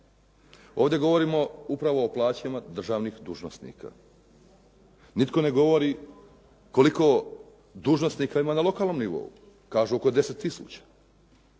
Ovdje govorimo upravo o plaćama državnih dužnosnika. Nitko ne govori koliko dužnosnika ima na lokalnom nivou, kažu oko 10